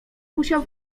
musiał